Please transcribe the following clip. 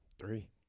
Three